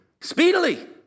Speedily